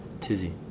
Tizzy